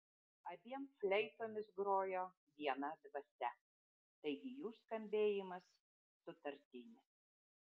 abiem fleitomis grojo viena dvasia taigi jų skambėjimas sutartinis